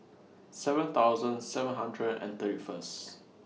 seven thousand seven hundred and thirty First